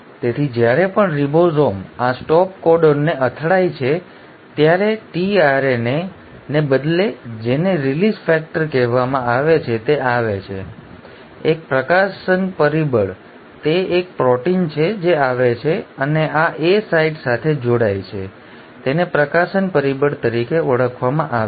તેથી જ્યારે પણ રિબોઝોમ આ સ્ટોપ કોડોનને અથડાય છે ત્યારે tRNAને બદલે જેને રિલીઝ ફેક્ટર કહેવામાં આવે છે તે આવે છે એક પ્રકાશન પરિબળ તે એક પ્રોટીન છે જે આવે છે અને આ A સાઇટ સાથે જોડાય છે તેને પ્રકાશન પરિબળ તરીકે ઓળખવામાં આવે છે